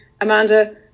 Amanda